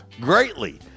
greatly